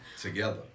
Together